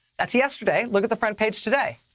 that's yesterday. look at the front page today.